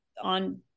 on